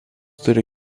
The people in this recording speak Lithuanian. turi